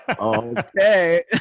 okay